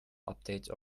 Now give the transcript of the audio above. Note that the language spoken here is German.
update